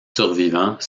survivants